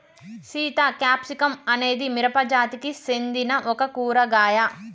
Sita capsicum అనేది మిరపజాతికి సెందిన ఒక కూరగాయ